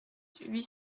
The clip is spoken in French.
huit